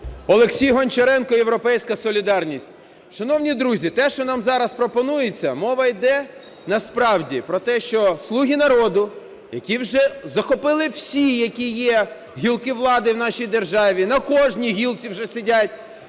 Олексій Гончаренко, "Європейська солідарність". Шановні друзі, те, що нам зараз пропонується, мова йде насправді про те, що "Слуги народу", які вже захопили всі, які є, гілки влади в нашій державі, на кожній гілці вже "сидять",